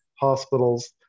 hospitals